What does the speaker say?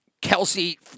Kelsey